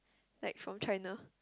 like from China